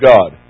God